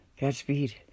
godspeed